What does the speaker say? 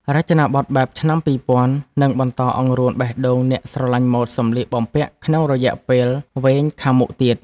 រចនាប័ទ្មបែបឆ្នាំពីរពាន់នឹងបន្តអង្រួនបេះដូងអ្នកស្រឡាញ់ម៉ូដសម្លៀកបំពាក់ក្នុងរយៈពេលវែងខាងមុខទៀត។